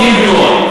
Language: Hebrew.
קים ג'ונג-און.